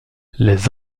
les